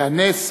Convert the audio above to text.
לאה נס,